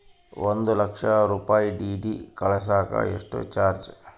ಒಂದು ಲಕ್ಷ ರೂಪಾಯಿ ಡಿ.ಡಿ ಕಳಸಾಕ ಎಷ್ಟು ಚಾರ್ಜ್?